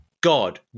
God